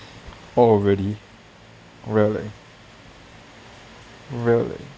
oh really really really